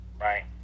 right